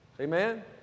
Amen